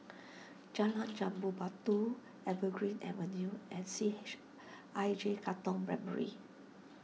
Jalan Jambu Batu Evergreen Avenue and C H I J Katong Primary